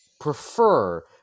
prefer